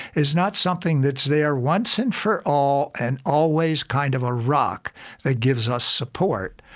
is not something that's there once and for all and always kind of a rock that gives us support.